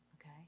okay